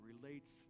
relates